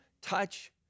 touch